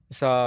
sa